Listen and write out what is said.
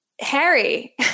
Harry